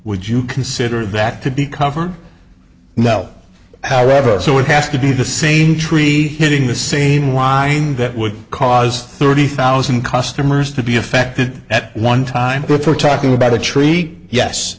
would you consider that to be covered now however so it has to be the same tree hitting the same wind that would cause thirty thousand customers to be affected at one time group we're talking about a treat yes